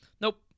Nope